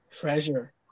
treasure